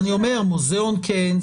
אני אומר שמוזיאון כן,